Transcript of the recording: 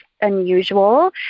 unusual